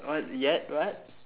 not yet what